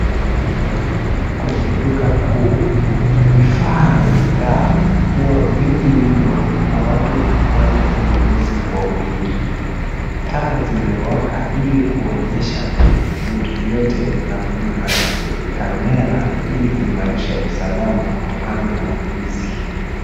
Kwenye duka kuu, vifaa na bidhaa huwa vingi mno, na watu hufanya ununuzi kwa wingi. Taa zimewaka ili kuonyesha vitu vyote, na kuna kamera ili kuimarisha usalama kutokana na uwizi.